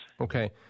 Okay